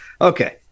Okay